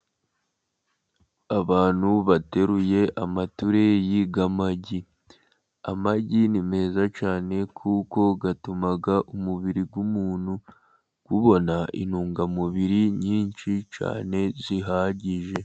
Abantu bateruye amatureyi y'amagi. Amagi ni meza cyane, kuko atuma umubiri w'umuntu ubona intungamubiri nyinshi cyane zihagije.